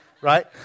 Right